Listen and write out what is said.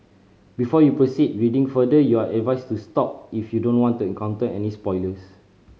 before you proceed reading further you are advised to stop if you don't want to encounter any spoilers